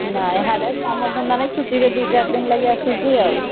ନାଇଁ ସିଆଡ଼େ କାମ ଧନ୍ଦା ନାହିଁ ଛୁଟିରେ ଦୁଇ ଚାରି ଦିନ ଲାଗି ଆସିଛି ଆଉ